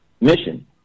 mission